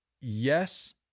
yes